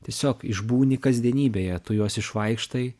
tiesiog išbūni kasdienybėje tu juos išvaikštai